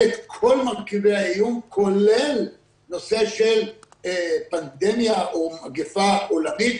את כל מרכיבי האיום כולל נושא של פנדמיה או מגפה עולמית